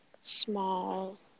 small